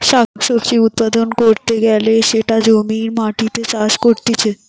শাক সবজি উৎপাদন ক্যরতে গ্যালে সেটা জমির মাটিতে চাষ করতিছে